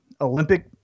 Olympic